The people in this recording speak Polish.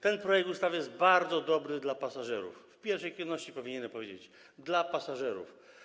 Ten projekt ustawy jest bardzo dobry dla pasażerów, w pierwszej kolejności powinienem powiedzieć, dla pasażerów.